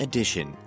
Edition